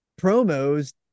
promos